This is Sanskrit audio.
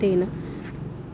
तेन